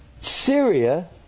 Syria